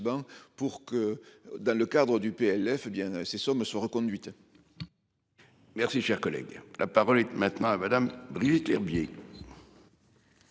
pour que dans le cadre du PLF bien ces sommes soit reconduites. Merci, cher collègue, la parole est maintenant à madame Brigitte Lherbier.